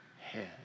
head